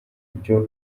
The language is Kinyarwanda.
ibyo